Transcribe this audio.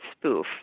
spoof